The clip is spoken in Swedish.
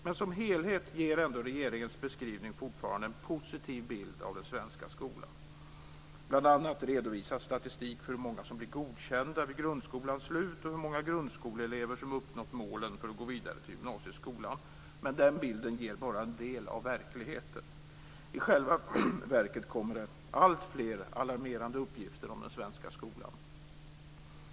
Men som helhet ger ändå regeringens beskrivning fortfarande en positiv bild av den svenska skolan. Bl.a. redovisas statistik för hur många som blir godkända vid grundskolans slut och hur många grundskoleelever som uppnått målen för att gå vidare till gymnasieskolan. Men den bilden ger bara en del av verkligheten. I själva verket kommer det alltfler alarmerande uppgifter om den svenska skolan.